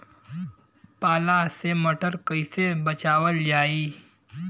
पाला से मटर कईसे बचावल जाई?